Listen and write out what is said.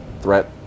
threat